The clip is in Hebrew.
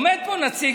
עומד פה נציג,